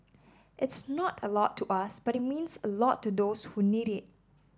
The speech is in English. it's not a lot to us but it means a lot to those who need it